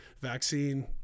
vaccine